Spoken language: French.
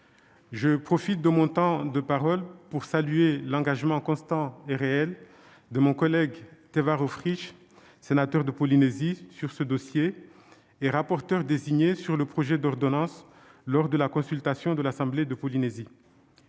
Je profite de mon temps de parole pour saluer l'engagement constant et réel sur ce dossier de mon collègue Teva Rohfritsch, sénateur de Polynésie et rapporteur désigné sur le projet d'ordonnance lors de la consultation de l'Assemblée de la Polynésie